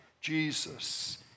Jesus